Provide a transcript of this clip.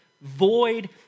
void